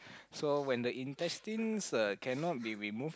so when the intestine uh cannot be removed